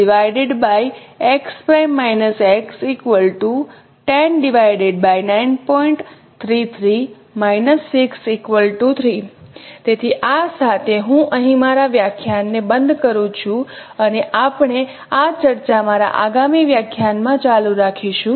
તેથી તેથી આ સાથે હું અહીં મારા વ્યાખ્યાન ને બંધ કરું છું અને આપણે આ ચર્ચા મારા આગામી વ્યાખ્યાન માં ચાલુ રાખીશું